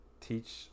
teach